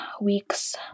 week's